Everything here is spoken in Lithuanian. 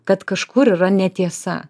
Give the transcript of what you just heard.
kad kažkur yra netiesa